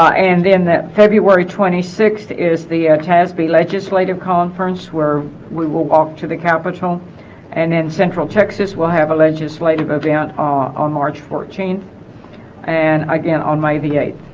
and then that february twenty sixth is the tasbeeh legislative conference where we will walk to the capitol and in central texas we'll have a legislative event ah on march fourteenth and again on my v eight